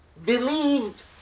Believed